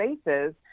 spaces